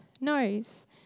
knows